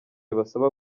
basaba